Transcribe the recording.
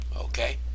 Okay